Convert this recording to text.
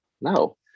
no